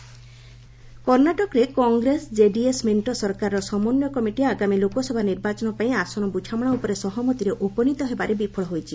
କଣ୍ଣୋଟକ କଂଗ୍ରେସ ଜେଡିଏସ୍ କର୍ଷ୍ଣାଟକରେ କଂଗ୍ରେସ ଜେଡିଏସ୍ ମେଣ୍ଟ ସରକାରର ସମନ୍ୱୟ କମିଟି ଆଗାମୀ ଲୋକସଭା ନିର୍ବାଚନ ପାଇଁ ଆସନ ବୃଝାମଣା ଉପରେ ସହମତିରେ ଉପନିତ ହେବାରେ ବିଫଳ ହୋଇଛି